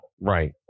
right